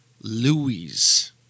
Louise